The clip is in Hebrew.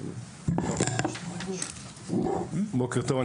בוקר טוב,